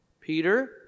Peter